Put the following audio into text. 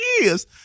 years